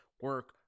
Work